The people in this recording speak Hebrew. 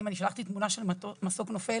אם אני שלחתי תמונה של מסוק נופל,